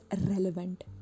relevant